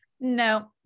no